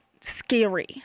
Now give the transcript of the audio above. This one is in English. scary